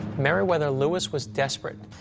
meriwether lewis was desperate.